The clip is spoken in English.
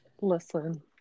listen